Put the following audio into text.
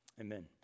Amen